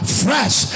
fresh